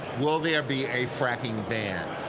will there be a fracking ban.